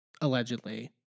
allegedly